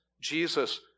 Jesus